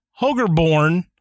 Hogerborn